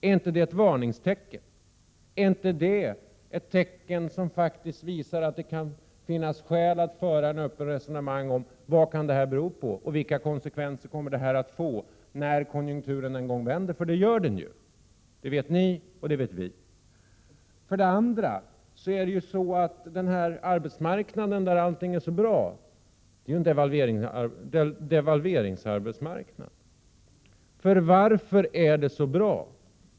Är inte det ett varningstecken, är inte det ett tecken som faktiskt visar att det kan finnas skäl att föra ett öppet resonemang om vad det kan bero på och vilka konsekvenser det kan få när konjunkturen en gång vänder? Det gör den ju, det vet ni och det vet vi. Den här arbetsmarknaden där allting är så bra är dessutom en devalveringsarbetsmarknad. Varför är det så bra?